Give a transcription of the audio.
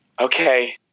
Okay